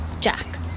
Jack